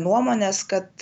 nuomones kad